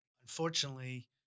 unfortunately